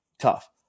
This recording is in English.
Tough